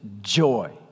joy